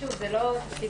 שוב,